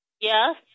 Yes